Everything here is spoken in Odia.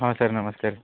ହଁ ସାର୍ ନମସ୍କାର